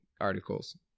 articles